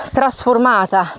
trasformata